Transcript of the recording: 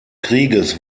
krieges